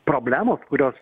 problemos kurios